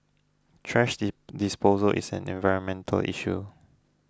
thrash disposal is an environmental issue